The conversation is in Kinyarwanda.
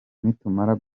nitumara